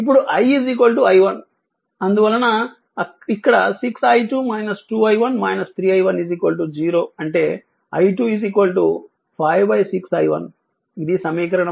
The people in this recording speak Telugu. ఇప్పుడు I i1 అందువలన ఇక్కడ 6i2 2i1 3i1 0 అంటే i2 5 6i1 ఇది సమీకరణం 5